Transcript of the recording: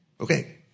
Okay